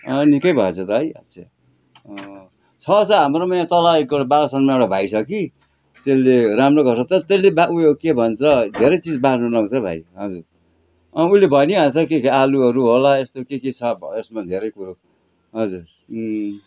अँ निकै भएछ त है अच्छा छ छ हाम्रोमा यहाँ तल बालासनमा एउटा भाइ छ कि त्यसले राम्रो गर्छ तर त्यसले ऊ यो के भन्छ धेरै चिज बार्नु लाउँछ भाइ हजुर अँ उसले भनिहाल्छ के के आलुहरू होला यस्तो के के छ यसमा धेरै कुरो हजुर